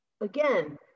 again